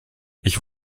ich